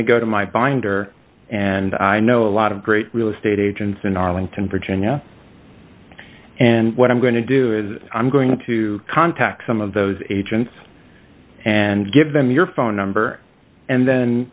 me go to my binder and i know a lot of great real estate agents in arlington virginia and what i'm going to do is i'm going to contact some of those agents and give them your phone number and then